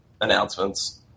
announcements